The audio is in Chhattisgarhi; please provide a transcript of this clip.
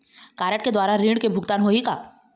कारड के द्वारा ऋण के भुगतान होही का?